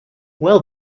well